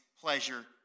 pleasure